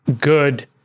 good